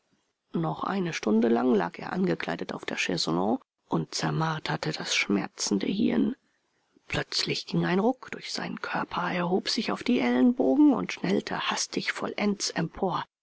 noch eine stunde lang lag er angekleidet auf der chaiselongue und zermarterte das schmerzende hirn plötzlich ging ein ruck durch seinen körper er hob sich auf die ellenbogen und schnellte hastig vollends empor